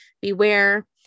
Beware